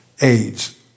AIDS